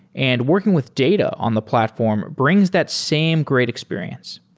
and working with data on the platform brings that same great experience.